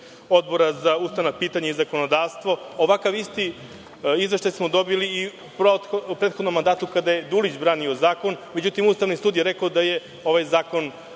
Odbora za ustavna pitanja i zakonodavstvo. Ovakav isti izveštaj smo dobili i u prethodnom mandatu kada je Dulić branio zakon. Međutim, Ustavni sud je rekao da je ovaj zakon